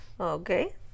Okay